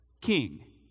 king